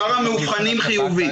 המאובחנים חיובי.